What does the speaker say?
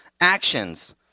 actions